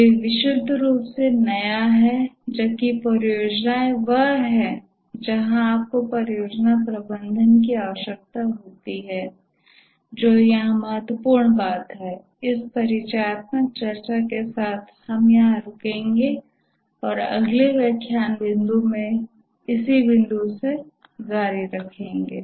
ये विशुद्ध रूप से नया काम हैं जबकि परियोजनाएं वह हैं जहां आपको परियोजना प्रबंधन की आवश्यकता होती है जो यहां महत्वपूर्ण बात है इस परिचयात्मक चर्चा के साथ हम यहां रुकेंगे और अगले व्याख्यान में इस बिंदु से जारी रखेंगे